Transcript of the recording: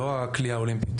לא הקליעה האולימפית.